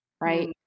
right